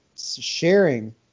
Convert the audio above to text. sharing